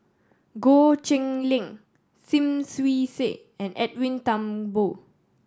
Goh Cheng Liang Lim Swee Say and Edwin Thumboo